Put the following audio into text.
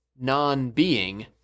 non-being